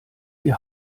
die